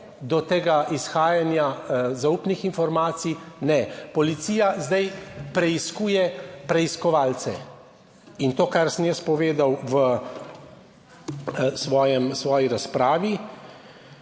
do tega izhajanja zaupnih informacij. Ne, policija zdaj preiskuje preiskovalce in to, kar sem jaz povedal v svoji razpravi,